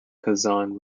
kazan